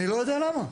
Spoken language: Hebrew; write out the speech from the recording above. אני לא יודע למה.